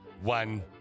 One